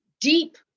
deep